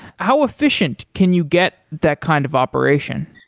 how efficient can you get that kind of operation?